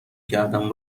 کردم